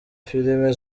filimi